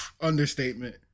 understatement